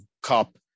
Cup